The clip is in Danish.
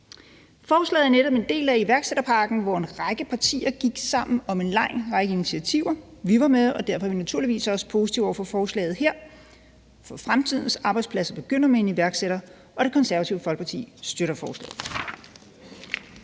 Forslaget er netop en del af iværksætterpakken, hvori en række partier gik sammen om en lang række initiativer. Vi var med, og derfor er vi naturligvis også positive over for forslaget her. For fremtidens arbejdspladser begynder med en iværksætter, og Det Konservative Folkeparti støtter forslaget.